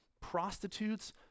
Prostitutes